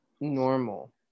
normal